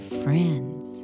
friends